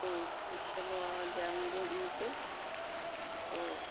ठीक है चलो आ जाऊँगी वहीं पर और